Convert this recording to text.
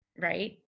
Right